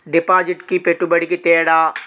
డిపాజిట్కి పెట్టుబడికి తేడా?